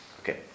Okay